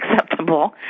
acceptable